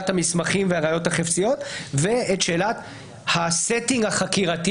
המסמכים והראיות החפציות ואת שאלת ה-סטינג החקירתי,